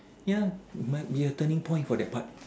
ya might be a turning point for that part